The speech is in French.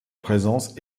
présence